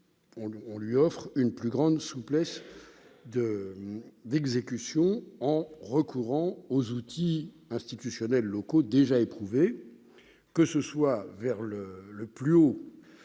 on garantit une plus grande souplesse d'exécution en permettant de recourir aux outils institutionnels locaux déjà éprouvés, que ce soit vers le plus haut,